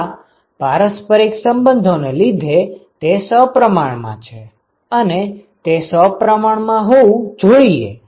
હા પારસ્પરિક સંબંધો ને લીધે તે સપ્રમાણ માં છે અને તે સપ્રમાણ માં હોવું જોઈએ